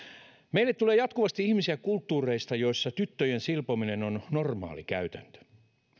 meille tulee jatkuvasti ihmisiä kulttuureista joissa tyttöjen silpominen on normaali käytäntö